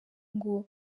ngo